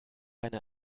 einer